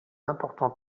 important